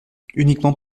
uniquement